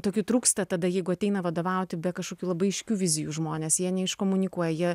tokių trūksta tada jeigu ateina vadovauti be kažkokių labai aiškių vizijų žmones jie iškomunikuoja